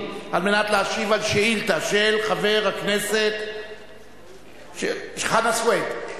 על מנת להשיב על שאילתא של חבר הכנסת חנא סוייד.